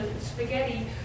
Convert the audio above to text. spaghetti